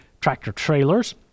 tractor-trailers